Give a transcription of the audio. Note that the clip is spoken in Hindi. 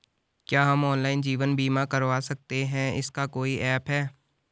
क्या हम ऑनलाइन जीवन बीमा करवा सकते हैं इसका कोई ऐप है?